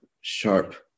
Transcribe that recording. sharp